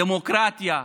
דמוקרטיה.